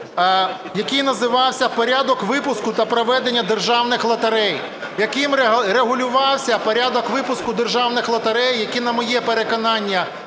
який називався "Порядок випуску та проведення державних лотерей", яким регулювався порядок випуску державних лотерей, який, на моє переконання,